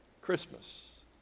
Christmas